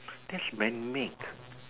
that's manmade